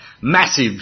massive